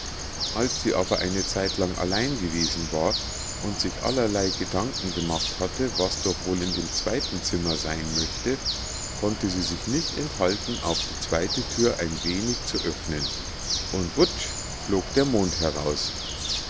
als sie aber eine zeitlang allein gewesen war und sich allerlei gedanken gemacht hatte was doch wohl in dem zweiten zimmer sein möchte konnte sie sich nicht enthalten auch die zweite thür ein wenig zu öffnen und wutsch flog der mond heraus